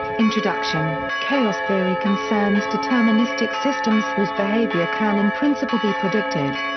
introduction chaos theory concerns deterministic systems whose behavior can in principle be predicted.